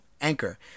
Anchor